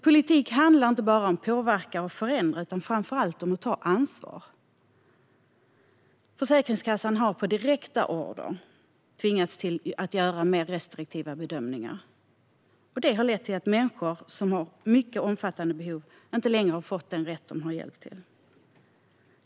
Politik handlar inte bara om att påverka och förändra utan framför allt om att ta ansvar. Försäkringskassan har på direkta order tvingats till mer restriktiva bedömningar som har lett till att människor som har mycket omfattande behov inte längre får det stöd de har rätt till.